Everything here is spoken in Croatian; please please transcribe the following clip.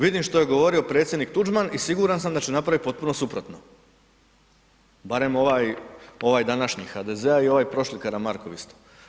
Vidim što je govorio predsjednik Tuđman i siguran sam da će napraviti potpuno suprotno barem ovaj današnji HDZ a i ovaj prošli Karamarkov isto.